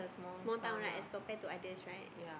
small town right as compared to others right